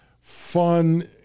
Fun